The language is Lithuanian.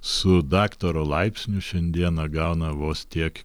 su daktaro laipsniu šiandieną gauna vos tiek